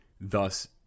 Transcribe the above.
Thus